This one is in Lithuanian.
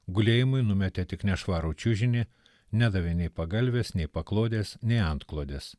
gulėjimui numetė tik nešvarų čiužinį nedavė nei pagalvės nei paklodės nei antklodės